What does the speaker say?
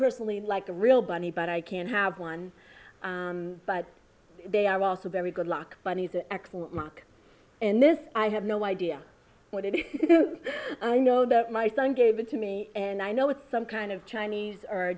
personally like the real bunny but i can't have one but they are also very good luck bunnies excellent mark and this i have no idea what it is i know that my son gave it to me and i know it's some kind of chinese or